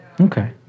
Okay